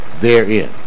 therein